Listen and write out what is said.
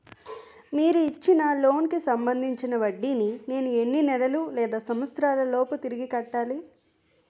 మీరు ఇచ్చిన లోన్ కి సంబందించిన వడ్డీని నేను ఎన్ని నెలలు లేదా సంవత్సరాలలోపు తిరిగి కట్టాలి?